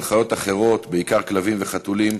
אבל חיות אחרות, בעיקר כלבים וחתולים,